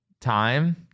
Time